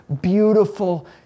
beautiful